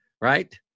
Right